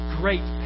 great